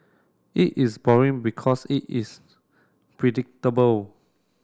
it is boring because it is predictable